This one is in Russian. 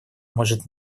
может